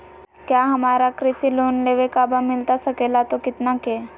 क्या हमारा कृषि लोन लेवे का बा मिलता सके ला तो कितना के?